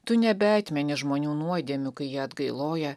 tu nebeatmeni žmonių nuodėmių kai jie atgailoja